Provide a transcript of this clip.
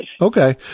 Okay